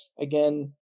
again